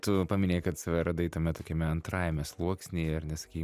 tu paminėjai kad save radai tame tokiame antrajame sluoksnyje ir nesakei